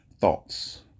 thoughts